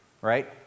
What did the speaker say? right